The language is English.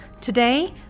Today